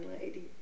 lady